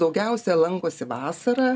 daugiausia lankosi vasarą